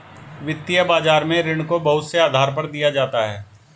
वित्तीय बाजार में ऋण को बहुत से आधार पर दिया जाता है